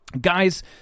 Guys